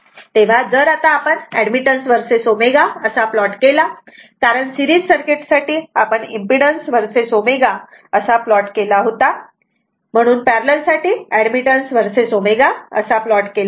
तेव्हा जर आता आपण ऍडमिटन्स वर्सेस ω असा प्लॉट केला कारण सीरीज सर्किट साठी आपण इम्पीडन्स वर्सेस ω impedance versus ω असा प्लॉट केला होता म्हणून पॅरलल साठी ऍडमिटन्स वर्सेस ω असा प्लॉट केला आहे